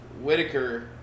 whitaker